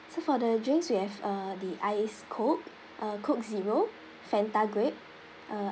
so for the drinks we have uh the ice coke uh coke zero Fanta grape uh